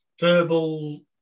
verbal